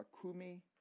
kumi